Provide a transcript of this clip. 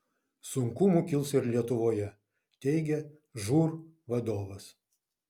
sunkumų kils ir lietuvoje teigia žūr vadovas